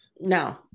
no